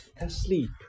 asleep